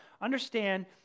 understand